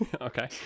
Okay